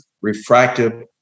refractive